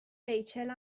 ریچل